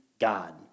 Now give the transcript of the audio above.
God